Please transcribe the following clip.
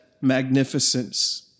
magnificence